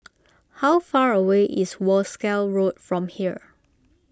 how far away is Wolskel Road from here